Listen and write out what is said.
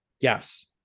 yes